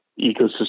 ecosystem